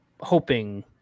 hoping